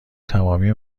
تمامی